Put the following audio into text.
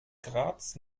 graz